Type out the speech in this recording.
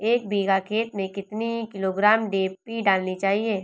एक बीघा खेत में कितनी किलोग्राम डी.ए.पी डालनी चाहिए?